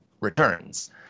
returns